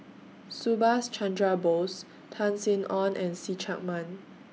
Subhas Chandra Bose Tan Sin Aun and See Chak Mun